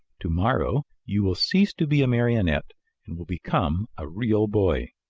tomorrow you will cease to be a marionette and will become a real boy.